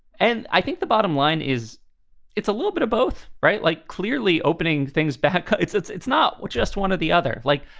and i think the bottom line is it's a little bit of both. right. like, clearly opening things back. it's it's it's not just one or the other. like,